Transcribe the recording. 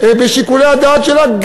בשיקולי הדעת שלה,